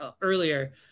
earlier